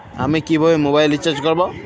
আমি কিভাবে mobile recharge করব?